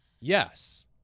yes